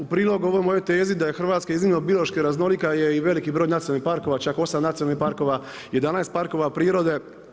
U prilog ovoj mojoj tezi da je Hrvatska iznimno biološki raznolika je i veliki broj nacionalnih parkova, čak 8 nacionalnih parkova, 11 parkova prirode.